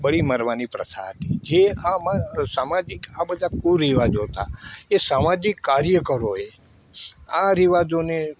બળી મરવાની પ્રથા હતી જે આમાં આ સામાજિક આ બધા કુરિવાજો હતા એ સામાજિક કાર્યકરોએ આ રિવાજોને